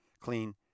Clean